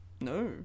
No